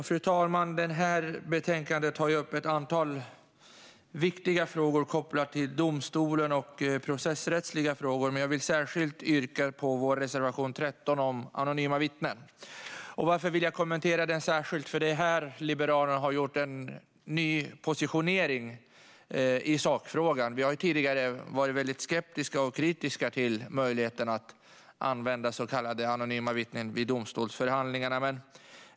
Fru talman! Detta betänkande tar upp ett antal viktiga frågor med koppling till domstolar och processrättsliga frågor. Jag vill särskilt yrka bifall till vår reservation 13 om anonyma vittnen. Varför vill jag då särskilt kommentera denna reservation? Anledningen är att Liberalerna här har gjort en ny positionering i sakfrågan. Vi har tidigare varit väldigt skeptiska och kritiska till möjligheten att använda så kallade anonyma vittnen vid domstolsförhandlingar.